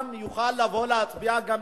לא בטוח שגם ההיפך היה גזעני,